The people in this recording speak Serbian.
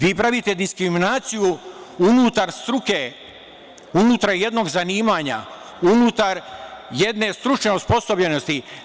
Vi pravite diskriminaciju unutar struke, unutar jednog zanimanja, unutar jedne stručne osposobljenosti.